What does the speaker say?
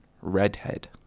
Redhead